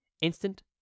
Instant